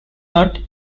not